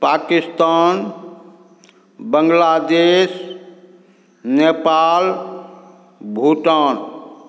Pakistan Bangladesh Nepal Bhutan